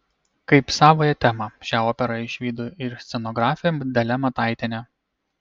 kaip savąją temą šią operą išvydo ir scenografė dalia mataitienė